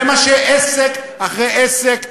זה מה שעסק אחרי עסק,